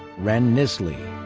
ren nisley.